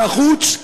מהחוץ,